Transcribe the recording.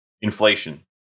inflation